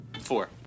Four